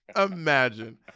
Imagine